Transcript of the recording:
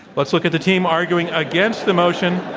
let's look at the team arguing against the motion.